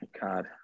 God